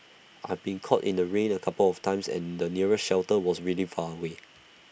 I've been caught in the rain A couple of times and the nearest shelter was really far away